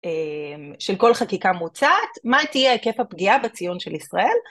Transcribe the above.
של כל חקיקה מוצעת, מה תהיה היקף הפגיעה בציון של ישראל?